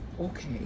okay